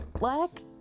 Lex